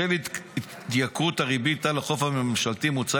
3. בשל התייקרות הריבית על החוב הממשלתי מוצע